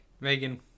Megan